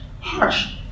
harsh